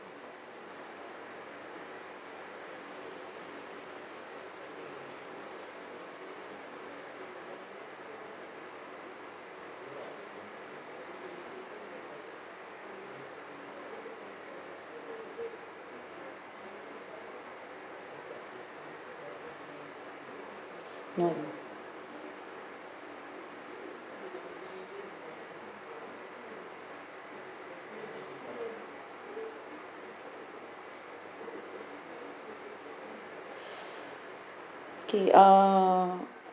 no K uh